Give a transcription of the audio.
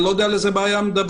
אני לא יודע על איזו בעיה מדברים,